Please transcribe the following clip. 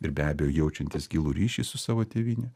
ir be abejo jaučiantis gilų ryšį su savo tėvyne